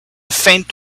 faint